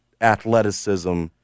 athleticism